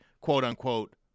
quote-unquote